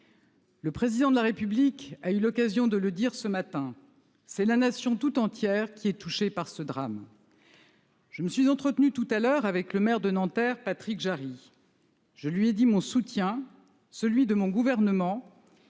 Le Président de la République a eu l'occasion de le rappeler ce matin : c'est la Nation tout entière qui est touchée par ce drame. Je me suis entretenue avec le maire de Nanterre, Patrick Jarry. Je lui ai dit mon soutien et celui de mon gouvernement.